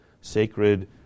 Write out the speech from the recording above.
Sacred